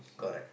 correct